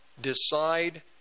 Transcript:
decide